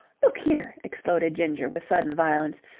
look here, exploded ginger with sudden violence,